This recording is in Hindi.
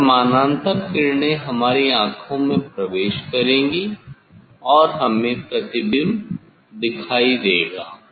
ये समानांतर किरणें हमारी आंखों में प्रवेश करेंगी और हमें प्रतिबिंब दिखाई देगा